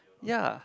ya